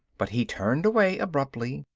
but he turned away abruptly,